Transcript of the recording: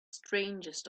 strangest